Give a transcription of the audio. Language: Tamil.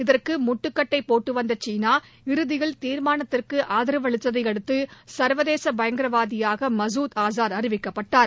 இதற்கு முட்டுக்கட்டைப் போட்டு வந்த சீனா இறுதியில் தீர்மானத்துக்கு ஆதரவு அளித்ததை அடுத்து சா்வதேச பயங்கரவாதியாக மகுர் ஆஸாத் அறிவிக்கப்பட்டார்